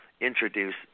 introduce